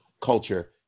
culture